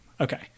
Okay